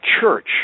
Church